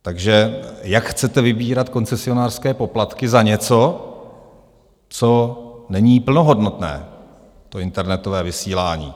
Takže jak chcete vybírat koncesionářské poplatky za něco, co není plnohodnotné, to internetové vysílání?